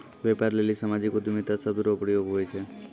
व्यापार लेली सामाजिक उद्यमिता शब्द रो प्रयोग हुवै छै